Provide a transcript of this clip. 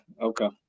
okay